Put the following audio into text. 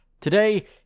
Today